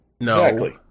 No